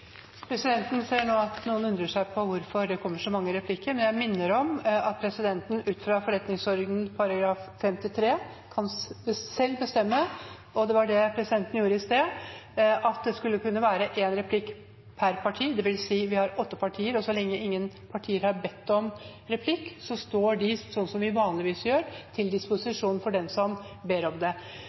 Presidenten ser nå at noen undrer seg over at det kommer så mange replikker. Jeg minner om at presidenten ut fra forretningsordenens § 53 selv kan bestemme – og det var det presidenten gjorde i sted – at det skal kunne være én replikk per parti. Det vil si at vi har åtte partier, og så lenge ingen har bedt om replikk, står de – slik vi vanligvis gjør – til disposisjon for dem som ber om det.